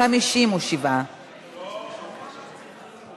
57. חברות וחברי הכנסת,